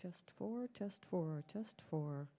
just for test for a test for